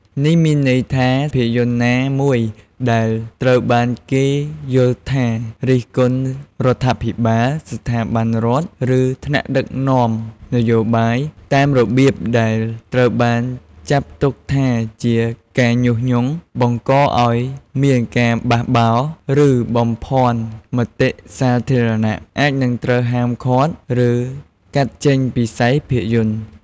នេះមានន័យថា ភាពយន្តណាមួយដែលត្រូវបានគេយល់ថា រិះគន់រដ្ឋាភិបាល ស្ថាប័នរដ្ឋ ឬថ្នាក់ដឹកនាំនយោបាយ តាមរបៀបដែលត្រូវបានចាត់ទុកថាជាការញុះញង់ បង្កឲ្យមានការបះបោរ ឬបំភាន់មតិសាធារណៈ អាចនឹងត្រូវហាមឃាត់ ឬកាត់ចេញពីខ្សែភាពយន្ត។